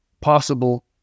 possible